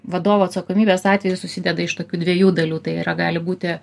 vadovo atsakomybės atveju susideda iš tokių dviejų dalių tai yra gali būti